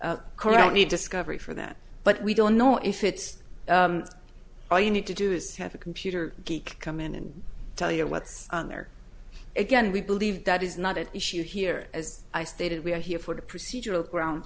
me discovery for that but we don't know if it's all you need to do is have a computer geek come in and tell you what's in there again we believe that is not at issue here as i stated we are here for the procedural grounds